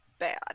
bad